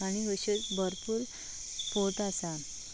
आनीक अशे भरपूर फोट आसात